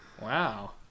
Wow